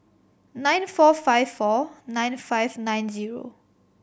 nine four five four nine five nine zero